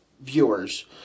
viewers